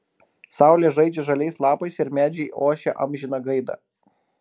saulė žaidžia žaliais lapais ir medžiai ošia amžiną gaidą